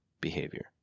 behavior